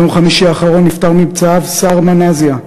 ביום חמישי האחרון נפטר מפצעיו סארמה נזיה,